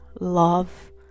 love